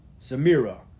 Samira